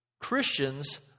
Christians